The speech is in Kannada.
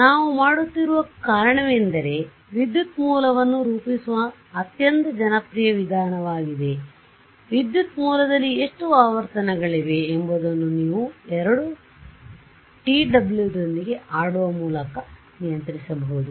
ನಾವು ಮಾಡುತ್ತಿರುವ ಕಾರಣವೆಂದರೆ ವಿದ್ಯುತ್ ಮೂಲವನ್ನು ರೂಪಿಸುವ ಅತ್ಯಂತ ಜನಪ್ರಿಯ ವಿಧಾನವಾಗಿದೆ ಆದ್ದರಿಂದ ವಿದ್ಯುತ್ ಮೂಲದಲ್ಲಿ ಎಷ್ಟು ಆವರ್ತನಗಳಿವೆ ಎಂಬುದನ್ನು ನೀವು ಎರಡು ಬಲ tw ದೊಂದಿಗೆ ಆಡುವ ಮೂಲಕ ನಿಯಂತ್ರಿಸಬಹುದು